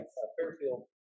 Fairfield